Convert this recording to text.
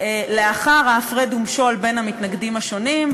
לאחר ההפרד ומשול בין המתנגדים השונים,